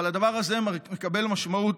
אבל הדבר הזה מקבל משמעות,